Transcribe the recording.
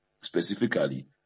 specifically